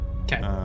Okay